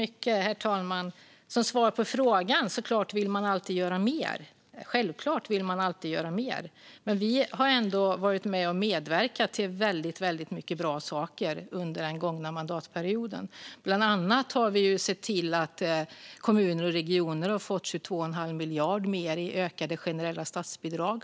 Herr talman! Man vill självklart alltid göra mer. Men vi har ändå medverkat till väldigt mycket bra saker under den gångna mandatperioden. Vi har bland annat sett till att kommuner och regioner har fått 22 1⁄2 miljard mer i ökade generella statsbidrag.